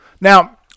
Now